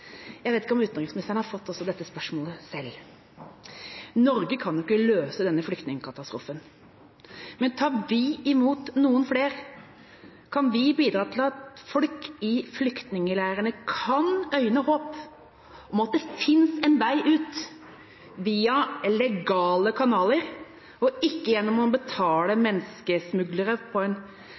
Jeg vet ikke om utenriksministeren også har fått dette spørsmålet selv. Norge kan jo ikke løse denne flyktningkatastrofen, men tar vi imot noen flere, kan vi bidra til at folk i flyktningleirene kan øyne håp om at det finnes en vei ut via legale kanaler, og ikke gjennom å betale menneskesmuglere og legge ut på en